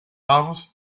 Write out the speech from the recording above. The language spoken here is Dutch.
avonds